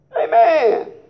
Amen